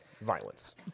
violence